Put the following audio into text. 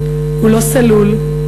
"הוא לא סלול,